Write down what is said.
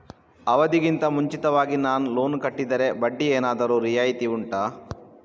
ಅವಧಿ ಗಿಂತ ಮುಂಚಿತವಾಗಿ ನಾನು ಲೋನ್ ಕಟ್ಟಿದರೆ ಬಡ್ಡಿ ಏನಾದರೂ ರಿಯಾಯಿತಿ ಉಂಟಾ